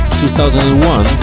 2001